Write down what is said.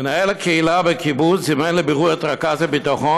מנהל הקהילה בקיבוץ זימן לבירור את רכז הביטחון